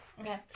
okay